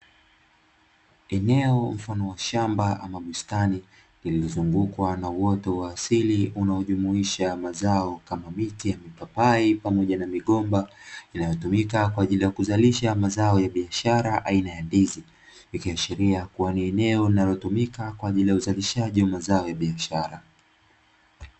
Eneo mfano wa shamba ama bustani lililozungukwa na uoto wa asili unaojumuisha mazao kama, miti ya mipapai pamoja na migomba, inayotumika kwa ajili ya kuzalisha mazao ya biashara aina ya ndizi. Ikiashiria kuwa ni eneo linalotumika kwa ajili ya uzalishaji wa mazao ya biashara.